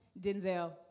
Denzel